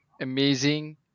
amazing